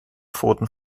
pfoten